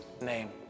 name